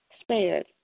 Spared